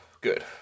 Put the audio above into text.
Good